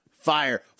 Fire